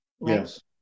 Yes